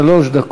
אדוני.